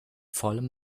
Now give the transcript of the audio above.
vollem